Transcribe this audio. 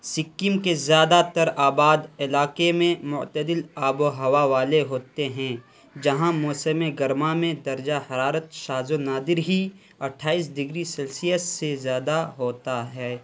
سکم کے زیادہ تر آباد علاقے میں معتدل آب و ہوا والے ہوتے ہیں جہاں موسم گرما میں درجہ حرارت شاذ و نادر ہی اٹھائیس دگری سلسیس سے زیادہ ہوتا ہے